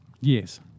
Yes